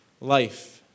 life